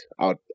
out